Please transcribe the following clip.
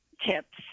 tips